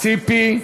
ציפי לבני,